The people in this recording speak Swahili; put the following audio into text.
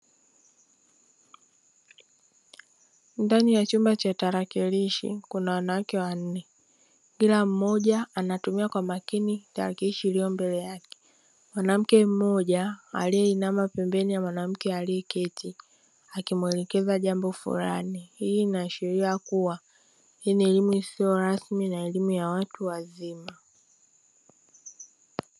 Ndani ya chumba cha tarakilishi kuna wanawake wanne, kila mmoja anatumia kwa makini tarakilishi iliyopo mbele yake. Mwanamke mmoja aliye inama pembeni ya mwanamke aliyeketi akimuelekeza jambo fulani, hii inaashiria kua hii ni elimu isiyo rasmi na elimu ya watu wazima.